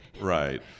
Right